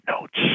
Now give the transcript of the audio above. notes